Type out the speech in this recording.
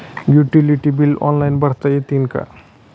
Utility बिले online भरता येतील का?